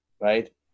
right